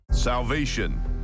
salvation